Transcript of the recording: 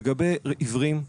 לגבי עיוורים,